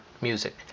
music